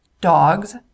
Dogs